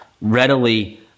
readily